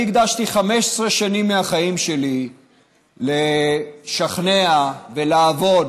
אני הקדשתי 15 שנה מהחיים שלי לשכנע ולעבוד,